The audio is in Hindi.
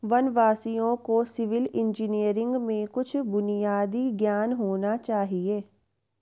वनवासियों को सिविल इंजीनियरिंग में कुछ बुनियादी ज्ञान होना चाहिए